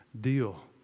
deal